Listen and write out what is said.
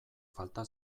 falta